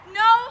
no